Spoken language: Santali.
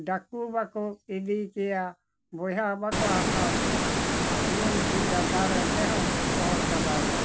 ᱰᱟᱠᱩ ᱵᱟᱠᱚ ᱤᱫᱤ ᱠᱮᱭᱟ ᱵᱚᱭᱦᱟ ᱵᱟᱠᱚ ᱦᱟᱛᱟᱣ ᱠᱮ ᱜᱩᱱ ᱵᱤᱫᱽᱫᱟᱹ ᱫᱟᱲᱮ ᱛᱮᱦᱚᱸ ᱚᱦᱚ ᱪᱟᱵᱟᱞᱮ